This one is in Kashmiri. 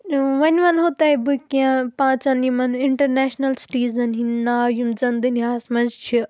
وۄنۍ ونہو تۄہہِ بہٕ کینٛہہ پانژَن یِمن اِنٹَرنیشنَل سِٹیٖزَن ہِنٛدۍ ناو یِم زن دُنیاہس منٛز چھِ